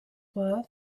were